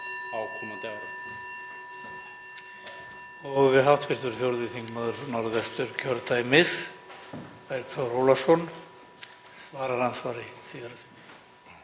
á komandi árum.